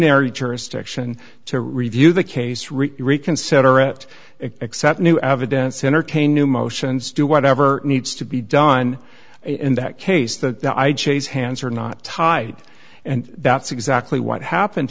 you jurisdiction to review the case rick reconsider it except new evidence entertain new motions do whatever needs to be done in that case the chase hands are not tied and that's exactly what happened